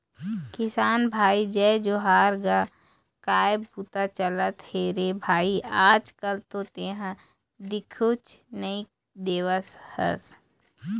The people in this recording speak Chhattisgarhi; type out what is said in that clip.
किसान भाई जय जोहार गा काय बूता चलत हे रे भई आज कल तो तेंहा दिखउच नई देवत हस?